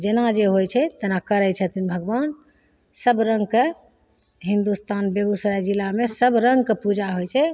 जेना जे होइ छै तेना करै छथिन भगवान सबरङ्गके हिन्दुस्तान बेगूसराय जिलामे सबरङ्गके पूजा होइ छै